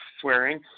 swearing